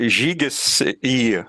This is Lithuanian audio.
žygis į